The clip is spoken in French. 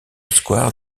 square